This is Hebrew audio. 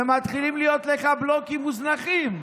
ומתחילים להיות לך בלוקים מוזנחים,